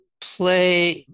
play